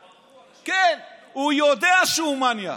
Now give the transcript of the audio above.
כן, הוא יודע שהוא מניאק,